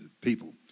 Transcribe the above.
people